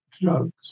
drugs